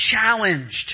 challenged